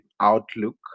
outlook